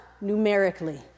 numerically